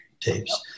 tapes